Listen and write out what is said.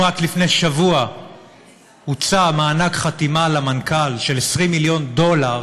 אם רק לפני שבוע הוצע למנכ"ל מענק חתימה של 20 מיליון דולר,